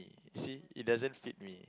see it doesn't fit me